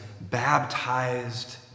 baptized